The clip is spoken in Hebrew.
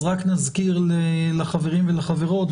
אז רק נזכיר לחברים ולחברות,